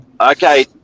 Okay